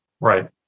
right